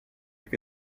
che